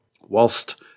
whilst